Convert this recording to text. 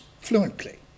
fluently